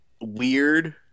weird